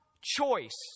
choice